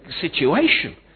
situation